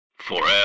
Forever